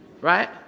Right